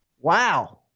Wow